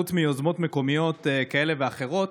חוץ מיוזמות מקומיות כאלה ואחרות,